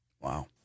Wow